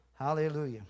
Hallelujah